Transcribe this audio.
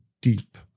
deep